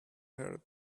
heard